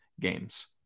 games